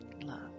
love